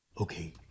okay